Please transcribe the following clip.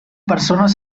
persones